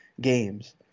games